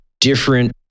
different